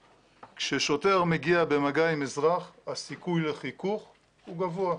כששוטר מגיע במגע עם אזרח הסיכוי לחיכוך הוא גבוה,